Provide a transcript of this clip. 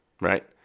right